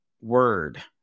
word